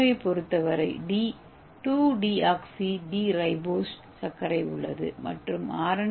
ஏவைப் பொறுத்தவரை 2 deoxy D ribose சர்க்கரை உள்ளது மற்றும் ஆர்